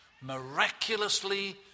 Miraculously